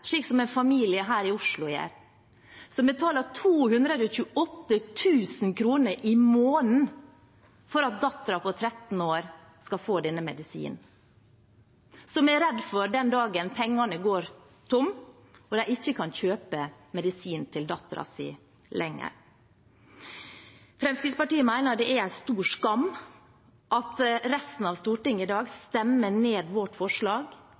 slik en familie her i Oslo gjør, som betaler 228 000 kr i måneden for at datteren på 13 år skal få denne medisinen, og som er redd for den dagen de er tomme for penger, og de ikke kan kjøpe medisin til datteren lenger. Fremskrittspartiet mener det er en stor skam at resten av Stortinget i dag stemmer ned vårt forslag